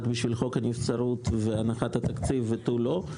לשם חוק הנבצרות והנחת התקציב ותו לא.